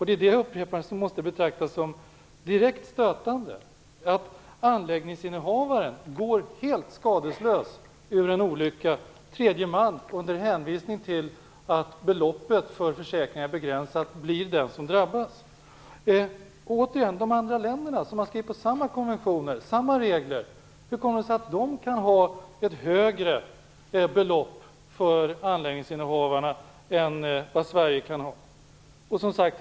Det måste uppfattas som direkt stötande. Anläggningsinnehavaren går helt skadeslös ur en olycka. Tredje man, under hänvisning till att beloppet för försäkringen är begränsat, drabbas. Hur kan de andra länderna, som har skrivit på samma konventioner och har samma regler, ha ett högre belopp för anläggningsinnehavarna än Sverige?